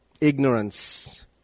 ignorance